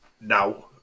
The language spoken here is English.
now